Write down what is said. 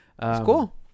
Cool